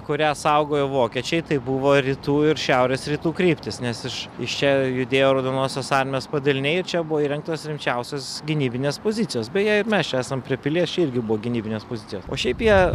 kurią saugojo vokiečiai tai buvo rytų ir šiaurės rytų kryptys nes iš iš čia judėjo raudonosios armijos padaliniai ir čia buvo įrengtos rimčiausios gynybinės pozicijos beje ir mes čia esam prie pilies čia irgi buvo gynybinės pozicijos o šiaip jie